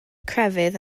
crefydd